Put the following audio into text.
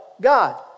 God